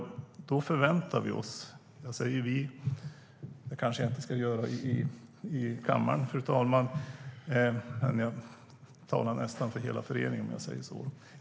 Då förväntar vi oss - jag säger "vi", men det kanske jag inte ska göra i kammaren, fru talman, även om jag talar för nästan hela föreningen när jag säger detta.